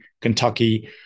Kentucky